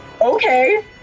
Okay